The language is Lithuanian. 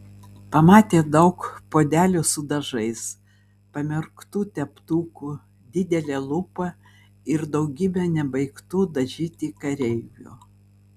pamatė daug puodelių su dažais pamerktų teptukų didelę lupą ir daugybę nebaigtų dažyti kareivių